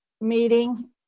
meeting